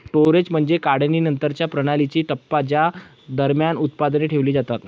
storage म्हणजे काढणीनंतरच्या प्रणालीचा टप्पा ज्या दरम्यान उत्पादने ठेवली जातात